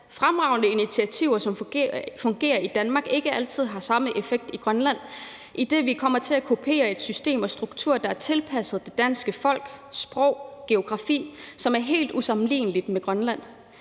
fremragende initiativer, som fungerer i Danmark, ikke altid har samme effekt i Grønland, idet vi kommer til at kopiere et system og en struktur, der er tilpasset det danske folk, det danske sprog og den danske geografi – noget, som er helt usammenligneligt med Grønland.